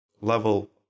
level